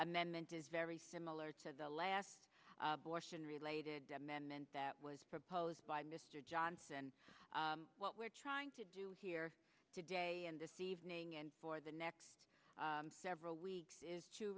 amendment is very similar to the last bush and related amendment that was proposed by mr johnson what we're trying to do here today and this evening and for the next several weeks is to